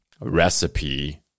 recipe